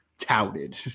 touted